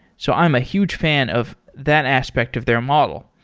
so i'm a huge fan of that aspect of their model.